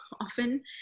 often